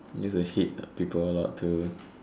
used to hit people a lot too